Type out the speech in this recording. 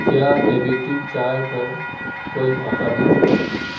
کیا A V T چائے پر کوئی آفر ہے